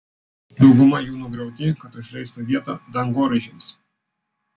dauguma jų nugriauti kad užleistų vietą dangoraižiams